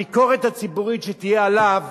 הביקורת הציבורית שתהיה עליו